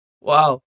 Wow